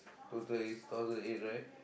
total is thousand eight right